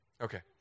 Okay